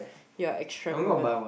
you are extravagant